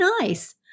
nice